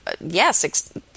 yes